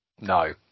No